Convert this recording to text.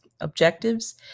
objectives